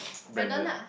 Brandon